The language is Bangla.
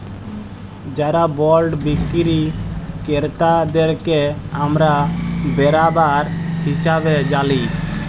যারা বল্ড বিক্কিরি কেরতাদেরকে আমরা বেরাবার হিসাবে জালি